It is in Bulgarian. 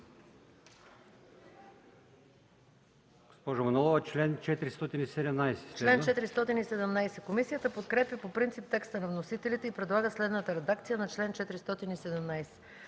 Госпожо Манолова, чл. 417.